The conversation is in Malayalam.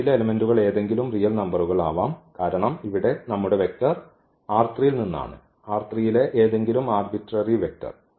യിലെ എലെമെന്റുകൾ ഏതെങ്കിലും റിയൽ നമ്പറുകൾ ആവാം കാരണം ഇവിടെ നമ്മുടെ വെക്റ്റർ ൽ നിന്നാണ് യിലെ ഏതെങ്കിലും ആര്ബിട്രേരി വെക്റ്റർ